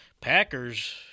Packers